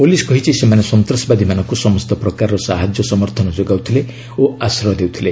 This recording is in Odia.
ପଲିସ୍ କହିଛି ସେମାନେ ସନ୍ତାସବାଦୀମାନଙ୍କୁ ସମସ୍ତ ପ୍ରକାରର ସାହାଯ୍ୟ ସମର୍ଥନ ଯୋଗାଉଥିଲେ ଓ ଆଶ୍ରୟ ଦେଉଥିଲେ